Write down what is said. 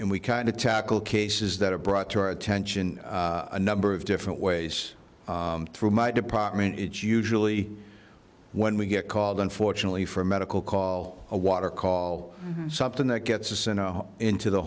and we kind of tackle cases that are brought to our attention number of different ways through my department it's usually when we get called unfortunately for medical call a water call something that gets into the